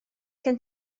gen